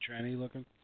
looking